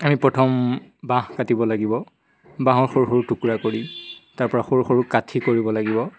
আমি প্ৰথম বাঁহ কাটিব লাগিব বাঁহৰ সৰু সৰু টুকুৰা কৰি তাৰপৰা সৰু সৰু কাঠি কৰিব লাগিব